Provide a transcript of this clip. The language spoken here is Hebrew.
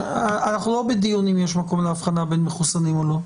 אנחנו לא בדיון אם יש מקום להבחנה בין מחוסנים ללא מחוסנים.